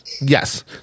Yes